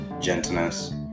gentleness